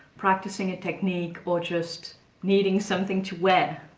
practicing a technique or just needing something to wear.